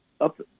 up